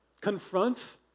confront